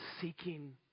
seeking